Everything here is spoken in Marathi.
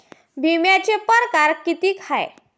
बिम्याचे परकार कितीक हाय?